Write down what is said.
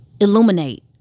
illuminate